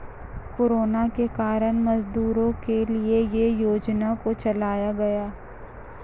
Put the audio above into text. corona के कारण मजदूरों के लिए ये योजना को चलाया गया